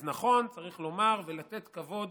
אז נכון, צריך לומר ולתת כבוד